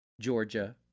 Georgia